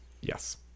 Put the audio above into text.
Yes